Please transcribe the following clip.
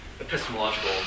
epistemological